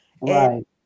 right